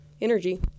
energy